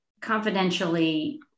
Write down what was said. confidentially